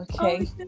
okay